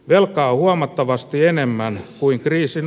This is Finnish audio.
velkaa huomattavasti enemmän kuin kriisin